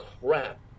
crap